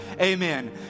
Amen